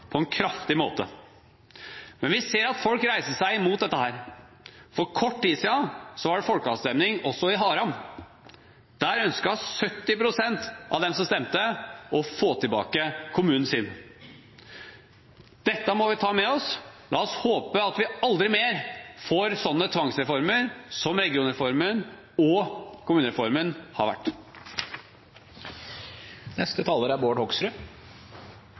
Men vi ser at folk reiser seg imot dette. For kort tid siden var det folkeavstemning også i Haram. Der ønsket 70 pst. av de som stemte, å få tilbake kommunen sin. Dette må vi ta med oss. La oss håpe at vi aldri mer får slike tvangsreformer som regionreformen og kommunereformen har vært. Det har vært en fantastisk debatt å lytte til. Man prater om at her er